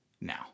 now